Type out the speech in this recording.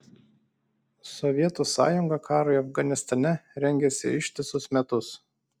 sovietų sąjunga karui afganistane rengėsi ištisus metus